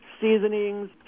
seasonings